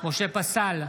משה פסל,